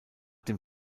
dem